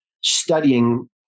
studying